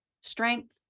strength